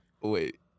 Wait